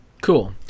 Cool